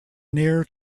near